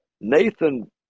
Nathan